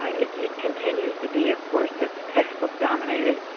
ah it it continues to be a course that's text-book dominated,